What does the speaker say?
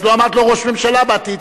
אז לא אמרתי לו ראש ממשלה בעתיד,